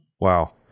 Wow